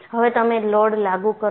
હવે તમે લોડ લાગુ કરો